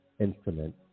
instrument